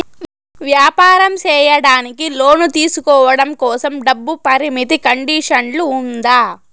వ్యాపారం సేయడానికి లోను తీసుకోవడం కోసం, డబ్బు పరిమితి కండిషన్లు ఉందా?